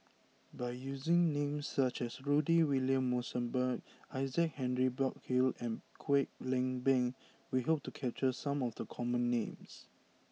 by using names such as Rudy William Mosbergen Isaac Henry Burkill and Kwek Leng Beng we hope to capture some of the common names